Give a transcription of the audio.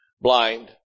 blind